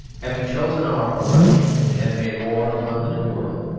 having chosen our part and made war upon the new world,